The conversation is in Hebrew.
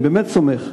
אני באמת סומך.